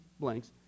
blanks